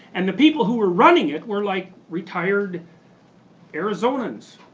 and the people who were running it were, like, retired arizonans.